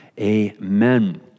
amen